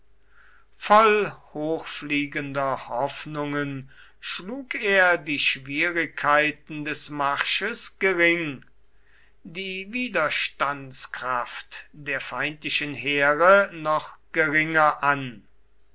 voll hochfliegender hoffnungen schlug er die schwierigkeiten des marsches gering die widerstandskraft der feindlichen heere noch geringer an